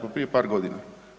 Pa prije par godina.